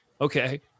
Okay